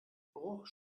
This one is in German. bruch